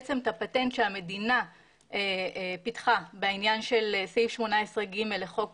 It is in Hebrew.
הפטנט שהמדינה פיתחה בעניין של סעיף 18ג לחוק